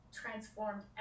transformed